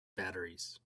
batteries